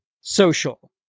social